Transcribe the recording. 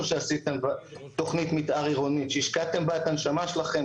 שעשיתם תוכנית מתאר עירונית שהשקעתם בה את הנשמה שלכם,